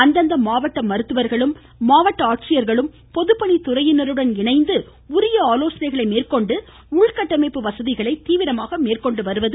அந்தந்த மாவட்ட மருத்துவர்களும் மாவட்ட ஆட்சியர்களும் பொதுப்பணித் துறையினருடன் இணைந்து உரிய ஆலோசனைகளை மேற்கொண்டு உள்கட்டமைப்பு வசதிகளை தீவிரமாக மேற்கொண்டு வருகின்றனர்